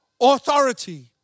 authority